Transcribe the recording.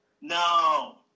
No